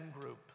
group